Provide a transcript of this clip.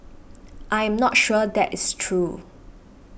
I'm not sure that is true